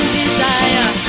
desire